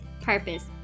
purpose